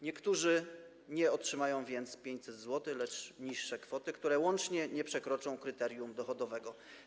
Niektórzy nie otrzymają więc 500 zł, lecz niższe kwoty, których suma nie przekroczy kryterium dochodowego.